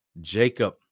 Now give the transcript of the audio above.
Jacob